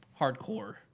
hardcore